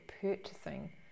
purchasing